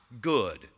good